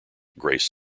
grace